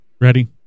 Ready